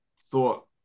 thought